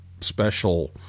special